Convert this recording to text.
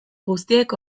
guztiek